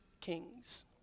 kings